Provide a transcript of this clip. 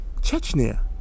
Chechnya